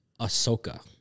Ahsoka